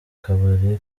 kabari